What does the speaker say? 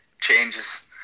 changes